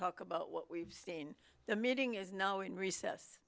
talk about what we've seen the meeting is now in recess